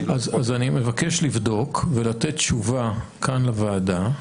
אז אני מבקש לבדוק ולתת תשובה כאן לוועדה.